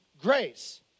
grace